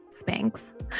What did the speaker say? Spanx